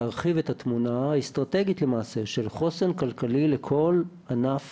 להרחיב את התמונה האסטרטגית של חוסן כלכלי לכל ענף